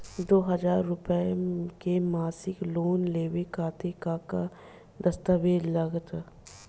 दो हज़ार रुपया के मासिक लोन लेवे खातिर का का दस्तावेजऽ लग त?